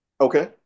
Okay